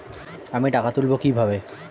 আমি টাকা তুলবো কি ভাবে?